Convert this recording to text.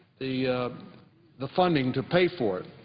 the the funding to pay for it.